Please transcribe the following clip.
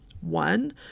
One